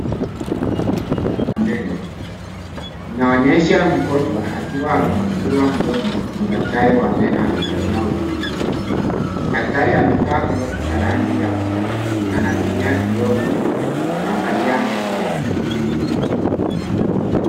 Hii ni afya ya meno. Inaonyesha mgonjwa akiwa amefungua mdomo na daktari wa meno akifanyia uchunguzi. Daktari amevaa glovu za rangi ya blue na anatumia kioo kidogo kuangalia meno ya mgonjwa.